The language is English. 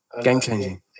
Game-changing